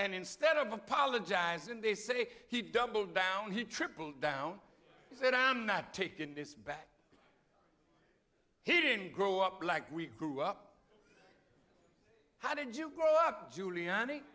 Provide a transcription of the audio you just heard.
and instead of apologizing they say he double down he tripled down he said i'm not taking this back he didn't grow up like we grew up how did you grow up giuliani